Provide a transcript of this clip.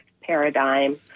paradigm